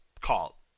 call